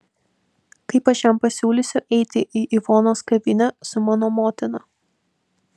kaip aš jam pasiūlysiu eiti į ivonos kavinę su mano motina